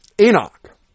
Enoch